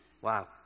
Wow